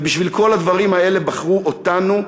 ובשביל כל הדברים האלה בחרו אותנו,